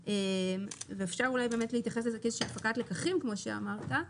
אפשר להתייחס לזה כמעין הפקת לקחים, כפי שאמרת.